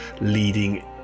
leading